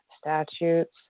statutes